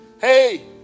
hey